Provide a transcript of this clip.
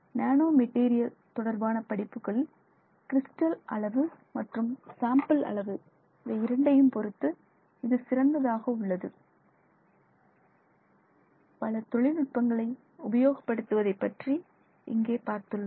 nano material தொடர்பான படிப்புகளில் crystal அளவு மற்றும் சாம்பிள் அளவு இவை இரண்டையும் பொருத்து இது சிறந்ததாக உள்ளது பல தொழில்நுட்பங்களை உபயோகப்படுத்துவதை பற்றி இங்கே பார்த்துள்ளோம்